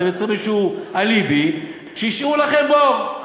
אתם מייצרים איזה אליבי שהשאירו לכם בור.